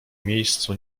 miejscu